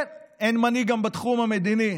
כן, אין מנהיג גם בתחום המדיני.